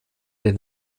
den